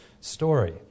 story